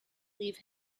leave